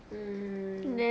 mm